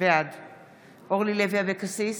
בעד אורלי לוי אבקסיס,